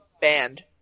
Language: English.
band